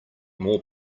more